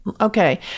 Okay